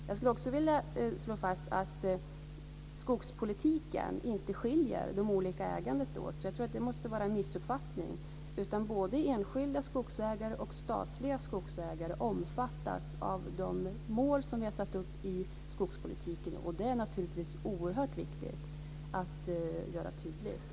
Jag vill också slå fast att man i skogspolitiken inte skiljer det olika ägandet åt. Det måste vara en missuppfattning. Både enskilda skogsägare och statliga skogsägare omfattas av de mål som vi har satt upp i skogspolitiken, och detta är naturligtvis oerhört viktigt att tydliggöra.